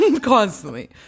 constantly